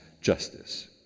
justice